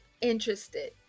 interested